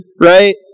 right